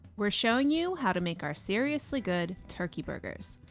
we're showing you how to make our seriously good turkey burgers!